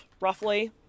roughly